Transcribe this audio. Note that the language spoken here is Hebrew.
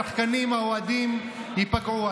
השחקנים והאוהדים ייפגעו.